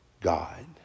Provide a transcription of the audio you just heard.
God